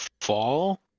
fall